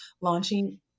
launching